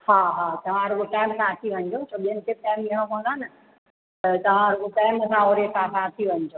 हा हा तव्हां रुॻो टाइम सां अची वञिजो छो ॿियनि खे बि टाइम ॾियणो पवंदो आहे न त तव्हां रुॻो टाइम सां वरी अची वञिजो